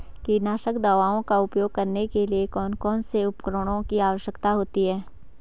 कीटनाशक दवाओं का उपयोग करने के लिए कौन कौन से उपकरणों की आवश्यकता होती है?